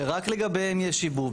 שרק לגביהן יש שיבוב,